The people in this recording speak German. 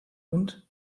und